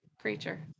creature